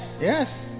yes